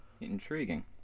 Intriguing